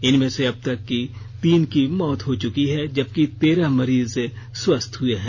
इनमें से अब तक तीन की मौत हो चुकी है जबकि तेरह मरीज स्वस्थ्य हुए हैं